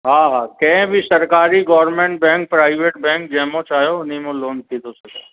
हा हा कंहिं बि सरकारी गोर्मेंट बैंक प्राइवेट बैंक जंहिं मां चाहियो उन्हीअ मां लोन थी थो सघे